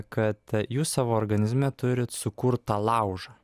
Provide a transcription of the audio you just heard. kad jūs savo organizme turit sukurtą laužą